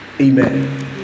Amen